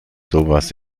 sowas